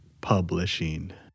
publishing